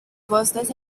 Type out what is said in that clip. costes